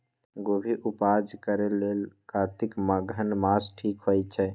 गोभि उपजा करेलेल कातिक अगहन मास ठीक होई छै